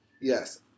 Yes